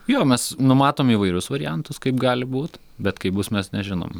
jo mes numatom įvairius variantus kaip gali būt bet kaip bus mes nežinom